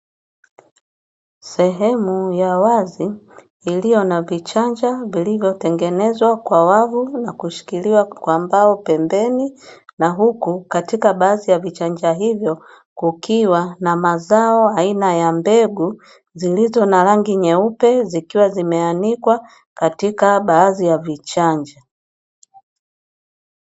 Sehemu ya wazi iliyona vichanja vilivyotengenezwa kwa wavu na kushikiliwa na mbao pembeni na huku katika baadhi ya vichanja hivyo kukiwa na mazao aina ya mbegu zilizo na rangi nyeupe zikiwa zimeanikwa katika baadhi ya vichanja.